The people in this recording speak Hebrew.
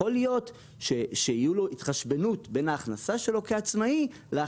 יכול להיות שתהיה התחשבנות בין ההכנסה שלו כעצמאי לבין